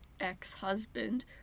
ex-husband